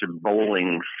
bowling